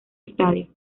estadio